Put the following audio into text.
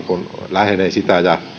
lähenee sitä ja